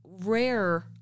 rare